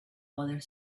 other